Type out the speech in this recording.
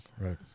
right